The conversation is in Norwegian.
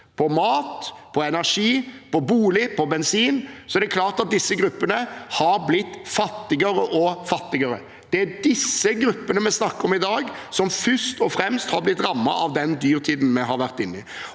på mat, energi, bolig og bensin, er det klart at disse gruppene har blitt fattigere og fattigere. Det er de gruppene vi snakker om i dag, som først og fremst har blitt rammet av den dyrtiden vi har vært inne i.